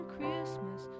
Christmas